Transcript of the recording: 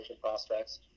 prospects